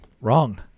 wrong